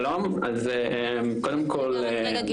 שלום אז קודם כל.